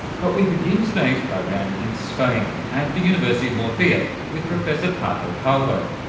but we begin today's program in spain, at the university of murcia with professor paco calvo.